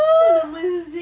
all the masjid